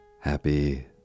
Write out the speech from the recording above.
Happy